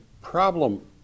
problem